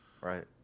Right